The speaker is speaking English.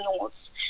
notes